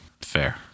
Fair